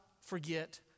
forget